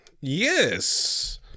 Yes